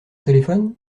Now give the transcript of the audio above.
téléphone